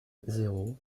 zéro